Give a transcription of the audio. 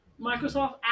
Microsoft